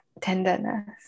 Tenderness